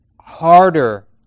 harder